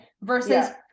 Versus